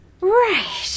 Right